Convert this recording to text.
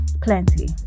plenty